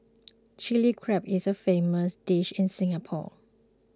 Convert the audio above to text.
Chilli Crab is a famous dish in Singapore